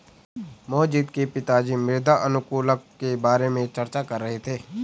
मोहजीत के पिताजी मृदा अनुकूलक के बारे में चर्चा कर रहे थे